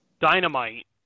dynamite